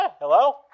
hello